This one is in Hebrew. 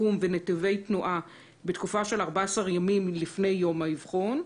ונתיבי תנועה בתקופה של 14 ימים לפני יום האבחון,